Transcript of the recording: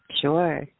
Sure